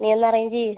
നീ ഒന്ന് അറേഞ്ച് ചെയ്യ്